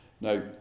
Now